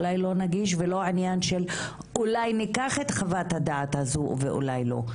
אולי לא נגיש ולא עניין של אולי ניקח את חוות הדעת הזו ואולי לא,